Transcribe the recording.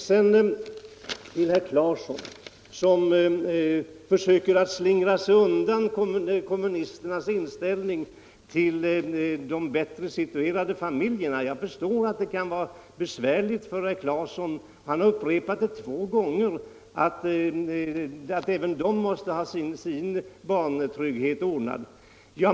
Herr Claeson försöker slingra sig undan kommunisternas inställning till de bättre situerade familjerna. Jag förstår att det kan vara besvärligt för honom. Han upprepade två gånger att även de måste ha barntryggheten ordnad.